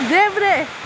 देब्रे